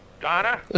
Donna